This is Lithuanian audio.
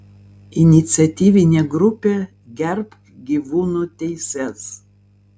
iniciatyvinė grupė gerbk gyvūnų teises